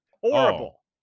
horrible